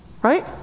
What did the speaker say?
Right